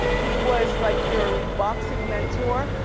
he was like your boxing mentor.